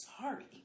Sorry